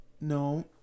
no